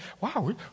Wow